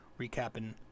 recapping